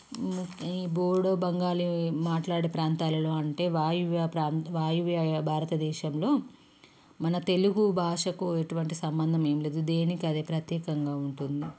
ఈ బోడో బెంగాలీ మాట్లాడే ప్రాంతాలలో అంటే వాయువ్య భారత దేశంలో మన తెలుగు భాషకు ఎటువంటి సంబంధం ఏమి లేదు దేనికి అదే ప్రత్యేకంగా ఉంటుంది